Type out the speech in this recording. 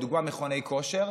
לדוגמה מכוני כושר,